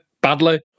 badly